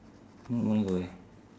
tomorrow morning go where